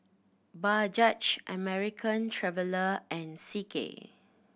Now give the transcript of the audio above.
Bajaj American Traveller and C K